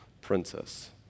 princess